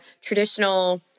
traditional